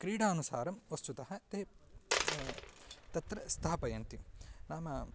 क्रीडानुसारं वस्तुतः ते तत्र स्थापयन्ति नाम